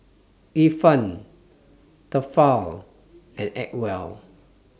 Ifan Tefal and Acwell